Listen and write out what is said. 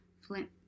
Flint